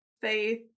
faith